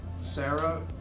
Sarah